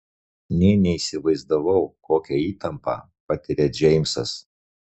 nė neįsivaizdavau kokią įtampą patiria džeimsas